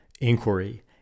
inquiry